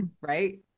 right